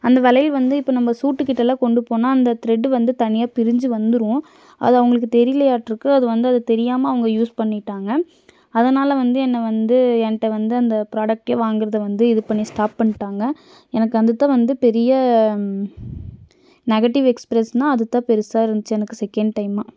அந்த வளையல் வந்து இப்போ நம்ம சூட்டுக்கிட்டலாம் கொண்டு போனால் அந்த த்ரெட்டு வந்து தனியாக பிரிஞ்சு வந்துடும் அது அவங்களுக்கு தெரியலையாட்ருக்கும் அது வந்து அது தெரியாமல் அவங்க யூஸ் பண்ணிட்டாங்கள் அதனால வந்து என்னை வந்து என்கிட்ட வந்து அந்த ப்ராடக்ட்டே வாங்குவது வந்து இது பண்ணி ஸ்டாப் பண்ணிட்டாங்க எனக்கு அதுதான் வந்து பெரிய நெகட்டிவ் எக்ஸ்ப்ரஸ்னால் அதுதான் பெருசாக இருந்துச்சி எனக்கு செகண்ட் டைம்மாக